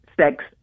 sex